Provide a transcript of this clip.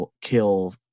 kill